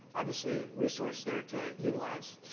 obviously, resource there to utilize.